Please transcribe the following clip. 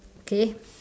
okay